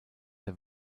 der